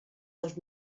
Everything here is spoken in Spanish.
dos